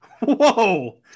Whoa